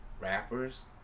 rappers